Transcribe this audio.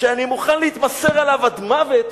שאני מוכן להתמסר עליו עד מוות,